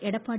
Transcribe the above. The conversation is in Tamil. எடப்பாடி